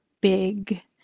big